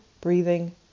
breathing